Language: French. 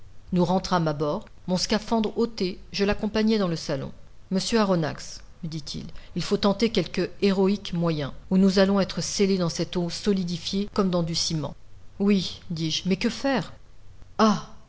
nous rentrâmes à bord mon scaphandre ôté je l'accompagnai dans le salon monsieur aronnax me dit-il il faut tenter quelque héroïque moyen ou nous allons être scellés dans cette eau solidifiée comme dans du ciment oui dis-je mais que faire ah